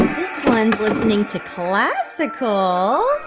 this one's listening to classical